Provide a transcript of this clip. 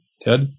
ted